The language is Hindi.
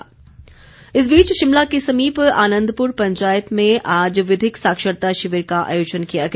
विधिक साक्षरता इस बीच शिमला के समीप आनन्दपुर पंचायत में आज विधिक साक्षरता शिविर का आयोजन किया गया